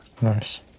Nice